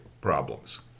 problems